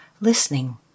listening